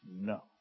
no